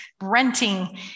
renting